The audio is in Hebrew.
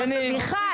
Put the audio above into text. בני,